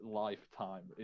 lifetime